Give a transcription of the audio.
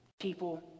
people